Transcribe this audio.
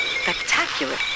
Spectacular